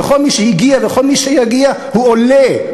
וכל מי שהגיעו וכל מי שיגיע הוא עולה,